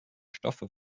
stoffe